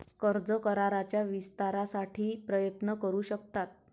कर्ज कराराच्या विस्तारासाठी प्रयत्न करू शकतात